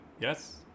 yes